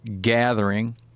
gathering